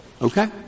Okay